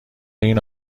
این